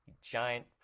giant